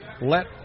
Let